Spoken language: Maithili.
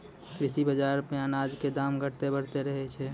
कृषि बाजार मॅ अनाज के दाम घटतॅ बढ़तॅ रहै छै